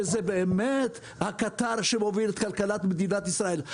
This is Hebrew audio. שהם באמת הקטר שמוביל את כלכלת מדינת ישראל.